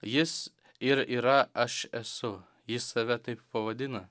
jis ir yra aš esu jis save taip pavadina